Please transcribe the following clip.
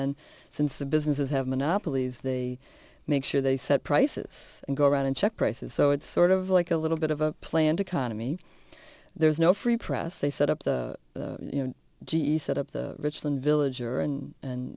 then since the businesses have monopolies they make sure they set prices and go around and check prices so it's sort of like a little bit of a planned economy there's no free press they set up the you know g e set up the richland villager and